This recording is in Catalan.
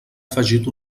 afegit